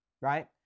Right